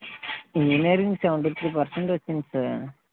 engineering seventy three percent వచ్చింది sir